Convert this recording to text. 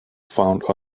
found